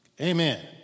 Amen